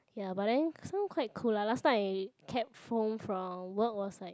ya but then home quite cool ah last time I cab home from work was like